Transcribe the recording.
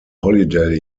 holiday